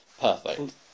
perfect